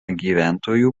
gyventojų